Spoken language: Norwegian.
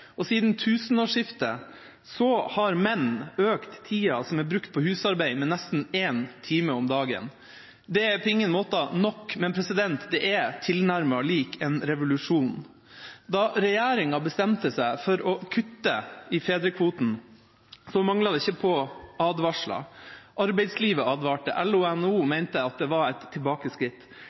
og siden tusenårsskiftet har menn økt tida som er brukt på husarbeid, med nesten én time om dagen. Det er på ingen måte nok, men det er tilnærmet lik en revolusjon. Da regjeringa bestemte seg for å kutte i fedrekvoten, manglet det ikke på advarsler. Arbeidslivet advarte. LO og NHO mente at det var et tilbakeskritt.